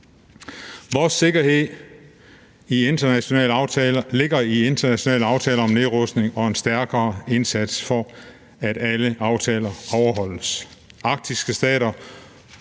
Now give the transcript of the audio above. Vores sikkerhed ligger i internationale aftaler om nedrustning og en stærkere indsats for, at alle aftaler overholdes. Arktiske stater